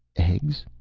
eggs,